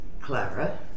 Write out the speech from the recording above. Clara